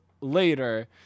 later